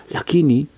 Lakini